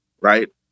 right